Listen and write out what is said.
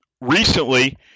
recently